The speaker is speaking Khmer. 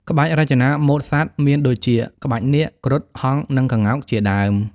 ក្បាច់រចនាម៉ូដសត្វ មានដូចជា ក្បាច់នាគ គ្រុឌ ហង្ស និងក្ងោកជាដើម។